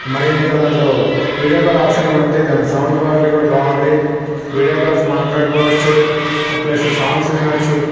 మరి ఇంకా దాంట్లో వీడియో కాల్ ఆప్షన్ కూడా ఉంది దాని సౌండ్ క్వాలిటీ కూడా బాగుంది వీడియో కాల్స్ మాట్లాడుకోవచ్చు ప్లస్ సాంగ్స్ వినవచ్చు